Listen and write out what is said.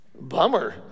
Bummer